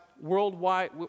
worldwide